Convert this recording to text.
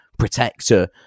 protector